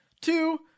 Two